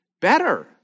better